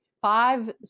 five